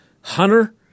Hunter